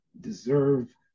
deserve